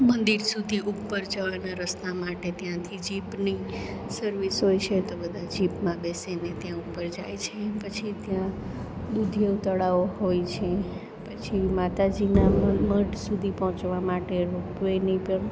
મંદિર સુધી ઉપર જવાના રસ્તા માટે ત્યાંથી જીપની સર્વિસ હોય છે તો બધા જીપમાં બેસીને ત્યાં ઉપર જાય છે પછી ત્યાં દૂધિયું તળાવ હોય છે પછી માતાજીના મઢ સુધી પહોંચવા માટે રોપ વેની પણ